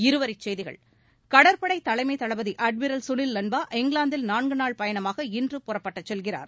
இருவரிச்செய்திகள் கடற்படைத் தலைமை தளபதி அட்மிரல் சுனில் லன்பா இங்கிலாந்தில் நான்குநாள் பயணமாக இன்று புறப்பட்டுச் செல்கிறார்